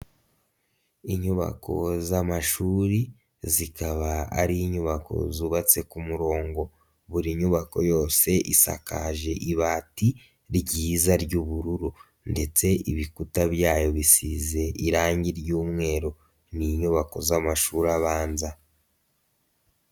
Inyubako z'amashuri zikaba ari inyubako zubatse ku murongo, buri nyubako yose isakaje ibati ryiza ry'ubururu ndetse ibikuta byayo bisize irangi ry'umweru, ni inyubako z'amashuri abanza.